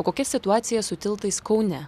o kokia situacija su tiltais kaune